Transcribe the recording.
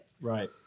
right